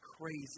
crazy